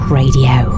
radio